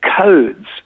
codes